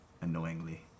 annoyingly